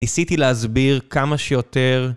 ניסיתי להסביר כמה שיותר